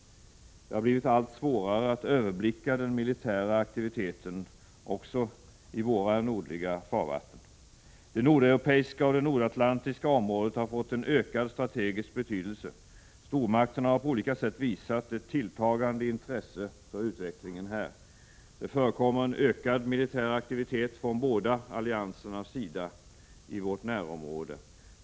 Det har blivit allt svårare att överblicka den militära aktiviteten också i våra nordliga farvatten. Det nordeuropeiska och det nordatlantiska området har fått en ökad strategisk betydelse. Stormakterna har på olika sätt visat ett tilltagande intresse för utvecklingen här. Det förekommer en ökad militär aktivitet från båda alliansernas sida i vårt närområde.